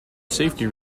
safety